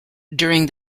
during